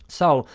so,